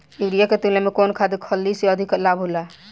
Urea के तुलना में कौन खाध खल्ली से अधिक लाभ होखे?